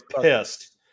pissed